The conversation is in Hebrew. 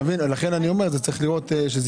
לכן אני אומר שזה צריך להיות יחסי.